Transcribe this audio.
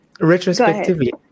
retrospectively